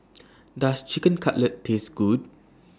Does Chicken Cutlet Taste Good